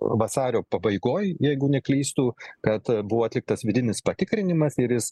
vasario pabaigoj jeigu neklystu kad buvo atliktas vidinis patikrinimas ir jis